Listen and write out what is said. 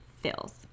fills